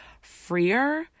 freer